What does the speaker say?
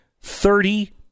Thirty